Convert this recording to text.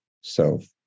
self